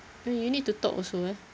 eh you need to talk also eh